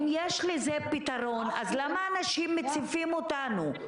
אם יש לזה פתרון אז למה אנשים מציפים אותנו?